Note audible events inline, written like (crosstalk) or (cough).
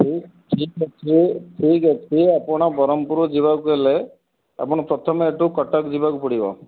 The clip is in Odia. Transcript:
ହେଉ (unintelligible) ଠିକ ଅଛି ଠିକ ଅଛି ଆପଣ ବ୍ରହ୍ମପୁର ଯିବାକୁ ହେଲେ ଆପଣ ପ୍ରଥମେ ଏଇଠୁ କଟକ ଯିବାକୁ ପଡ଼ିବ